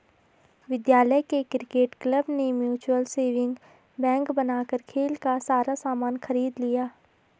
विद्यालय के cricket club ने म्यूचल सेविंग बैंक बनाकर खेल का सारा सामान खरीद लिया